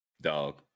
Dog